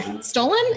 stolen